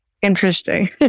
interesting